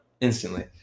instantly